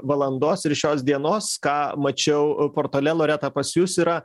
valandos ir šios dienos ką mačiau portale loreta pas jus yra